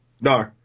No